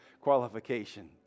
qualification